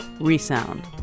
ReSound